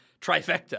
trifecta